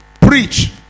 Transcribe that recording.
Preach